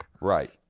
right